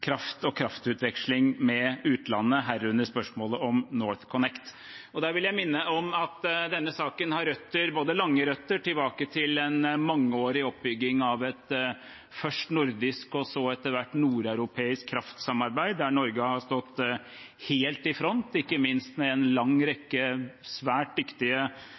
kraft og kraftutveksling med utlandet, herunder spørsmålet om NorthConnect. Jeg vil minne om at denne saken har røtter, lange røtter tilbake til en mangeårig oppbygging av et først nordisk og så etter hvert nordeuropeisk kraftsamarbeid, der Norge har stått helt i front, ikke minst med en lang rekke svært dyktige